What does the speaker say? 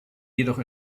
jedoch